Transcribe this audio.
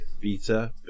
beta